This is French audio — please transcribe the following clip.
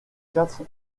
quatre